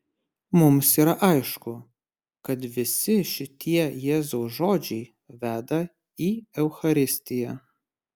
mums yra aišku kad visi šitie jėzaus žodžiai veda į eucharistiją